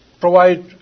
provide